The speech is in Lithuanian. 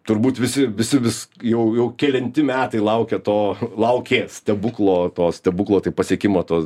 turbūt visi visi vis jau jau kelinti metai laukia to laukė stebuklo to stebuklo taip pasiekimo to